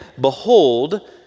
Behold